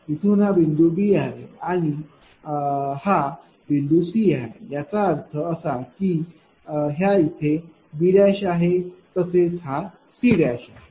येथून हा बिंदू B आहे आणि हा बिंदू C आहे याचा अर्थ असा आहे की ह्या इथे B' आहे तसेच हा C' आहे